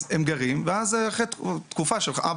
אז הם גרים שם ואז אחרי תקופה של ארבע